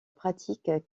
pratique